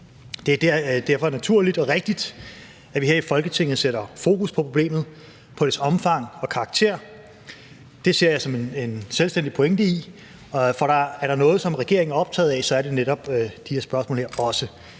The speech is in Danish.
Det er derfor naturligt og rigtigt, at vi her i Folketinget sætter fokus på problemet, på dets omfang og karakter. Det ser jeg en selvstændig pointe i, for er der noget, regeringen er optaget af, er det netop også de her spørgsmål.